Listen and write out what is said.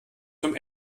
zum